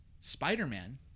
Spider-Man